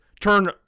turn